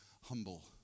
humble